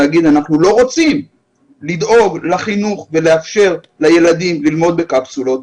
רוצה להגיד: אנחנו לא רוצים לדאוג לחינוך ולאפשר לילדים ללמוד בקפסולות.